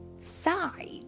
side